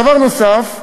דבר נוסף.